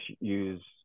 use